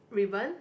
ribbon